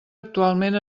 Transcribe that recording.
actualment